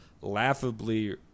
laughably